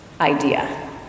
idea